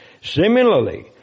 Similarly